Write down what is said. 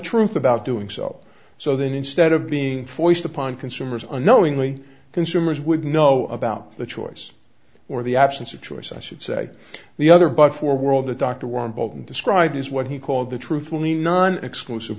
truth about doing so so that instead of being forced upon consumers unknowingly consumers would know about the choice or the absence of choice i should say the other but for world that dr warren bolton described is what he called the truthfully non exclusive